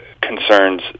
concerns